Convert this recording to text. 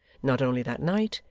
not only that night,